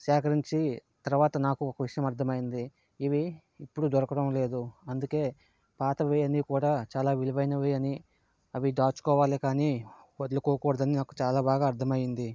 సేకరించి తర్వాత నాకు ఒక విషయం అర్థమైంది ఇవి ఇప్పుడు దొరకడం లేదు అందుకే పాతవి అన్నీ కూడా చాలా విలువైనవి అని అవి దాచుకోవాలి కానీ వదులుకోకూడదని నాకు చాలా బాగా అర్థమైంది